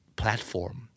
platform